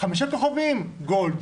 חמישה כוכבים גול,